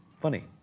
funny